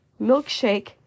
milkshake